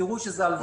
תזכרו שאלו הלוואות.